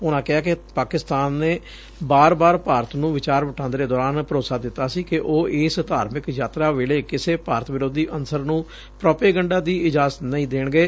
ਉਨੂਾ ਕਿਹਾ ਕਿ ਪਾਕਿਸਤਾਨ ਨੇ ਬਰਾਬਰ ਭਾਰਤ ਨੂੰ ਵਿਚਾਰ ਵਟਾਂਦਰੇ ਦੌਰਾਨ ਭਰੋਸਾ ਦਿੱਤਾ ਸੀ ਕਿ ਉਹ ਇਸ ਧਾਰਮਿਕ ਯਾਤਰਾ ਵੇਲੇ ਕਿਸੇ ਭਾਰਤ ਵਿਰੋਧੀ ਅਨਸਰ ਨੂੰ ਪ੍ਰਾਂਪੇਗੰਢੇ ਦੀ ਇਜਾਜ਼ਤ ਨਹੀਂ ਦੇਣਗੇ